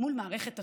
מול מערכת אטומה.